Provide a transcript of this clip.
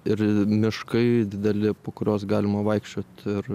ir miškai dideli po kuriuos galima vaikščiot ir